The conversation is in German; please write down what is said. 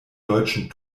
deutschen